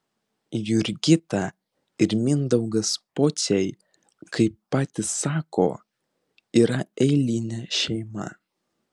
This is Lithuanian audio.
jurgita ir mindaugas pociai kaip patys sako yra eilinė šeima